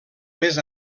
més